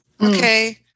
Okay